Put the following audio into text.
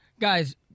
Guys